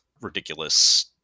ridiculous